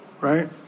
right